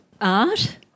art